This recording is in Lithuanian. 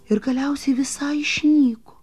ir galiausiai visai išnyko